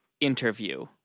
Interview